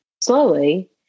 slowly